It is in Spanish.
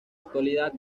actualidad